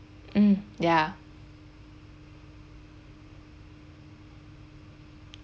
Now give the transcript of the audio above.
mm ya